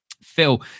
Phil